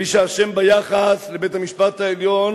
מי שאשם ביחס לבית-המשפט העליון,